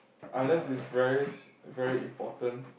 unless it's very very important